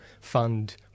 fund